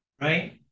right